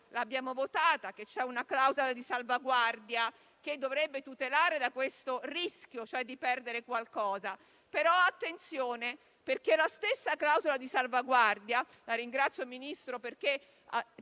l'abbiamo votata - che c'è una clausola di salvaguardia che dovrebbe tutelare dal rischio di perdere qualcosa, però, attenzione. La stessa clausola di salvaguardia - la ringrazio, Ministro perché